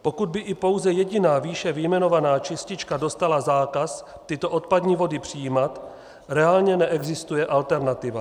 Pokud by i pouze jediná výše vyjmenovaná čistička dostala zákaz tyto odpadní vody přijímat, reálně neexistuje alternativa.